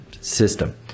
system